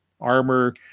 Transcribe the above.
armor